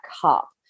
cup